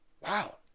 wow